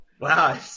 Wow